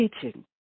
teaching